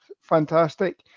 fantastic